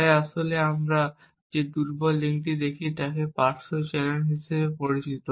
তাই আমরা আসলে যে দুর্বল লিঙ্কটি দেখি তাকে পার্শ্ব চ্যানেল হিসাবে পরিচিত